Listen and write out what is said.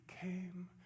came